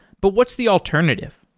but what's the alternative?